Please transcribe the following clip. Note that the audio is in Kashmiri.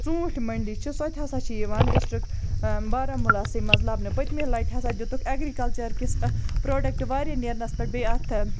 ژوٗںٛٹھۍ مٔنڈی چھِ سۄ تہِ ہَسا چھِ یِوان ڈِسٹرٛک بارہموٗلاہَسٕے منٛز لَبنہٕ پٔتۍ مہِ لَٹہِ ہَسا دِتُکھ اٮ۪گرِکَلچَرکِس پرٛوٚڈَکٹ واریاہ نیرنَس پٮ۪ٹھ بیٚیہِ اَتھٕ